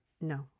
No